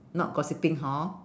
not gossiping hor